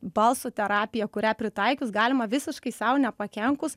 balso terapija kurią pritaikius galima visiškai sau nepakenkus